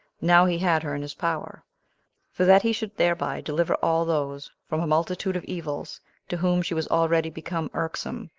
now he had her in his power for that he should thereby deliver all those from a multitude of evils to whom she was already become irksome,